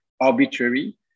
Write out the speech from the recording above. arbitrary